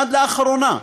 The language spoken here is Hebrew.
עד לאחרונה,